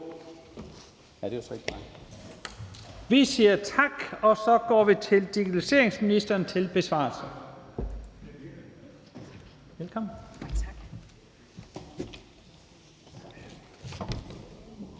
Vi siger tak. Og så går vi til digitaliseringsministeren for en besvarelse. Kl.